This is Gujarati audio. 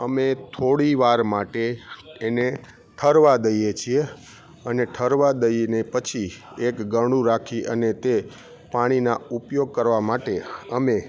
અમે થોડી વાર માટે એને ઠરવા દઈએ છીએ અને ઠરવા દઈને પછી એક ગરણું રાખી અને તે પાણીનાં ઉપયોગ કરવા માટે અમે